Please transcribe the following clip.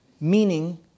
meaning